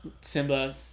Simba